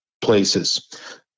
places